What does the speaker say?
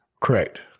Correct